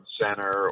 center